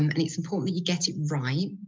um and it's important you get it right,